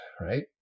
right